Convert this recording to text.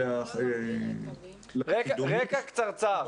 רקע קצרצר.